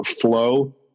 flow